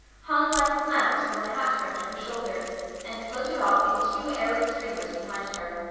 hung like a flounce from the hat brim to her shoulders and floated off in two airy streamers behind her.